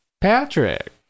Patrick